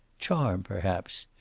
charm, perhaps.